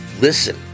listen